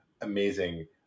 amazing